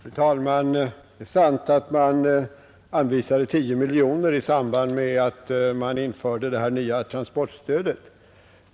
Fru talman! Det är sant att man anvisade 10 miljoner kronor i samband med att man införde det nya transportstödet.